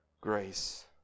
grace